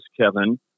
Kevin